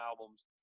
albums